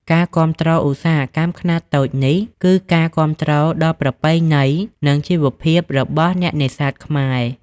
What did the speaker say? ការគាំទ្រ ឧស្សាហកម្មខ្នាតតូចនេះ គឺការគាំទ្រដល់ប្រពៃណី និងជីវភាពរបស់អ្នកនេសាទខ្មែរ។